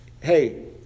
hey